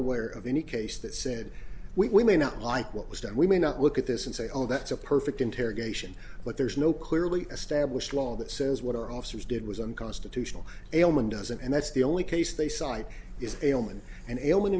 aware of any case that said we may not like what was done we may not look at this and say oh that's a perfect interrogation but there's no clearly established law that says what our officers did was unconstitutional aleman doesn't and that's the only case they side is aleman and a